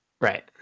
right